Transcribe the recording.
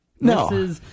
No